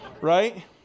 right